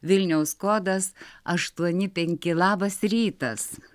vilniaus kodas aštuoni penki labas rytas